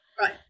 Right